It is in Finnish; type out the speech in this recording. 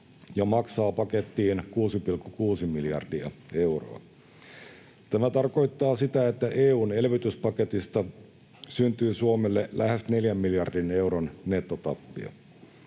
ja maksaa pakettiin 6,6 miljardia euroa. Tämä tarkoittaa sitä, että EU:n elvytyspaketista syntyy Suomelle lähes 4 miljardin euron nettotappiot.